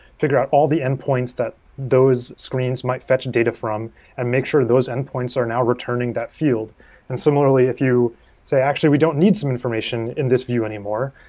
figure out all the endpoints that those screens might fetch data from and make sure those endpoints are now returning that field and similarly, if you say, actually, we don't need some information in this view anymore.